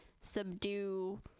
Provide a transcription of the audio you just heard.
subdue